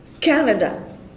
Canada